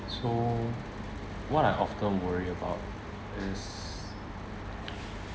so what I often worry about is